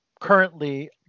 currently